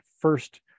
first